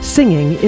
Singing